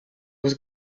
was